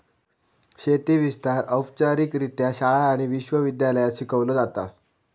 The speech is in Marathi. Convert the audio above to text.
शेती विस्तार औपचारिकरित्या शाळा आणि विश्व विद्यालयांत शिकवलो जाता